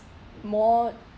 more